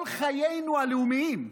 כל חיינו הלאומיים,